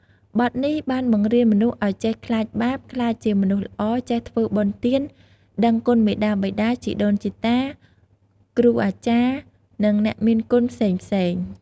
បទនេះបានបង្រៀនមនុស្សឲ្យចេះខ្លាចបាប ក្លាយជាមនុស្សល្អ ចេះធ្វើបុណ្យទាន ដឹងគុណមាតាបិតា ជីដូនជីតា គ្រូអាចារ្យ និងអ្នកមានគុណផ្សេងៗ។